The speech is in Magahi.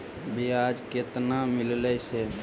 बियाज केतना मिललय से?